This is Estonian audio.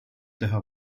teha